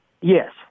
Yes